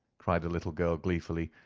cried the little girl gleefully,